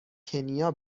کنیا